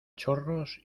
chorros